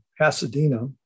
Pasadena